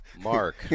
Mark